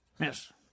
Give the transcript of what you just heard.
Yes